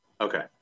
Okay